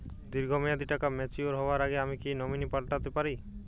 দীর্ঘ মেয়াদি টাকা ম্যাচিউর হবার আগে আমি কি নমিনি পাল্টা তে পারি?